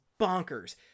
bonkers